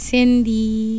Cindy